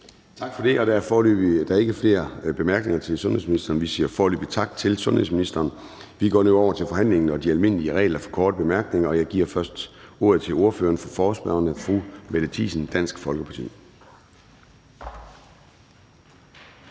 Tak for det. Der er ikke flere bemærkninger til sundhedsministeren. Vi siger foreløbig tak til sundhedsministeren. Vi går nu over til forhandlingen og de almindelige regler for korte bemærkninger, og jeg giver først ordet til ordføreren for forespørgerne, fru Mette Thiesen, Dansk Folkeparti.